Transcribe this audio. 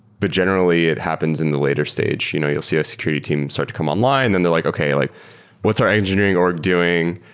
but generally, it happens in the later stage. you know you'll see a security team start to come online and they're like, okay, like what's our engineering org doing?